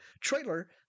trailer